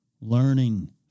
Learning